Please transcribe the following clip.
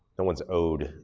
no one's owed,